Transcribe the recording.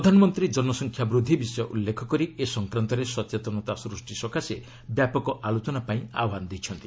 ପ୍ରଧାନମନ୍ତ୍ରୀ ଜନସଂଖ୍ୟା ଚୂଦ୍ଧି ବିଷୟ ଉଲ୍ଲେଖ କରି ଏ ସଂକ୍ରାନ୍ତରେ ସଚେତନତା ସୃଷ୍ଟି ସକାଶେ ବ୍ୟାପକ ଆଲୋଚନା ପାଇଁ ଆହ୍ବାନ ଦେଇଛନ୍ତି